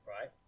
right